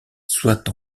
soit